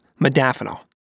modafinil